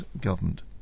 government